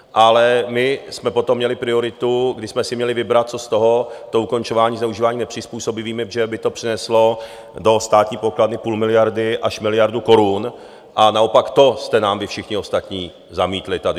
Ale my jsme potom měli prioritu, když jsme si měli vybrat, co z toho, to ukončování zneužívání nepřizpůsobivými, protože by to přineslo do státní pokladny půl miliardy až miliardu korun, a naopak to jste nám vy všichni ostatní zamítli tady.